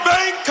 Bank